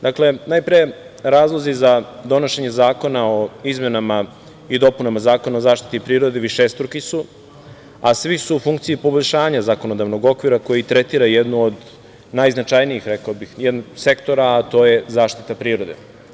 Dakle, najpre razlozi za donošenje zakona o izmenama i dopunama Zakona o zaštiti prirode su višestruki, a svi su u funkciji poboljšanja zakopavanog okvira koji tretira jednu od najznačajnijih, rekao bih, sektora, a to je zaštita prirode.